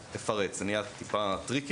אפרט על כך, זה נהיה טיפה "טריקי":